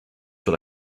sur